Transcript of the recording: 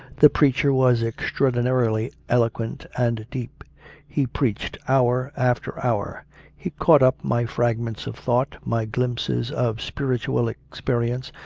the preacher was extraordinarily eloquent and deep he preached hour after hour he caught up my fragments of thought, my glimpses of spirit ual experience,